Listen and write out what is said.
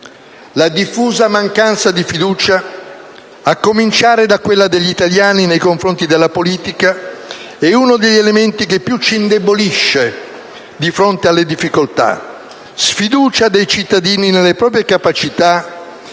La diffusa mancanza di fiducia, a cominciare da quella degli italiani nei confronti della politica, è uno degli elementi che più ci indebolisce di fronte alle difficoltà: sfiducia dei cittadini nelle proprie capacità